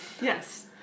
Yes